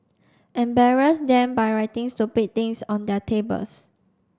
embarrass them by writing stupid things on their tables